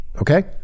Okay